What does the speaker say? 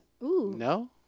No